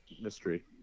mystery